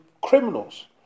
criminals